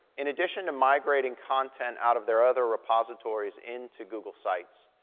in addition to migrating content out of their other repositories into google sites,